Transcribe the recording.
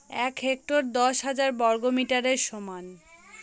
এক হেক্টর দশ হাজার বর্গমিটারের সমান